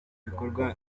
bikorwa